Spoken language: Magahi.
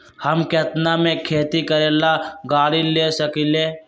हम केतना में खेती करेला गाड़ी ले सकींले?